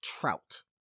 Trout